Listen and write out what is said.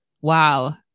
wow